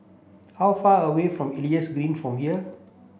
how far away from Elias Green from here